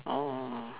orh